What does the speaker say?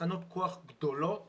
תחנות כוח גדולות